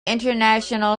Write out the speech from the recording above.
international